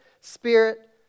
spirit